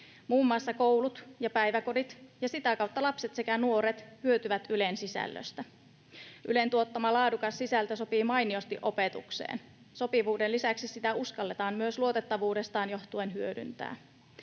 Muun muassa koulut ja päiväkodit ja sitä kautta lapset sekä nuoret hyötyvät Ylen sisällöstä. Ylen tuottama laadukas sisältö sopii mainiosti opetukseen. Sopivuuden lisäksi sitä uskalletaan myös luotettavuudestaan johtuen hyödyntää.